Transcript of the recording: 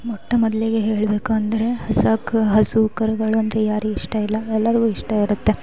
ಮೊಟ್ಟ ಮೊದ್ಲಿಗೆ ಹೇಳಬೇಕು ಅಂದರೆ ಹಸ ಹಸು ಕರುಗಳು ಅಂದರೆ ಯಾರಿಗೆ ಇಷ್ಟ ಇಲ್ಲ ಎಲ್ಲರಿಗು ಇಷ್ಟ ಇರುತ್ತೆ